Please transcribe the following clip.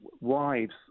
wives